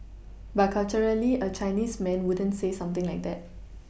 but culturally a Chinese man wouldn't say something like that